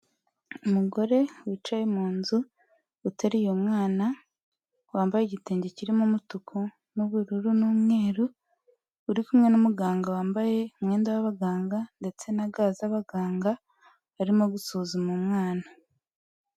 Umugore wicaye mu nzu uteruye umwana, wambaye igitenge kirimo umutuku n'ubururu n'umweru, uri kumwe n'umuganga wambaye umwenda w'abaganga ndetse na ga z'abaganga barimo gusuzuma umwana.